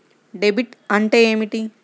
Debit అంటే ఏమిటి?